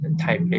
type